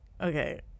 okay